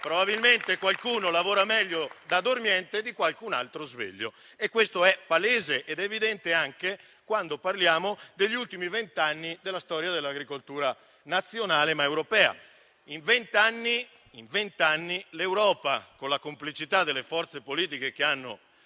Probabilmente, qualcuno lavora meglio da dormiente di qualcun altro da sveglio. Questo è palese ed evidente anche quando parliamo degli ultimi vent'anni della storia dell'agricoltura nazionale e europea. In vent'anni, l'Europa, con la complicità delle forze politiche che hanno